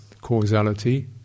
causality